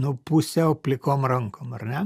nu pusiau plikom rankom ar ne